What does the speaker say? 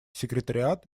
секретариат